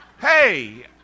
Hey